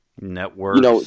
networks